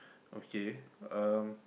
okay um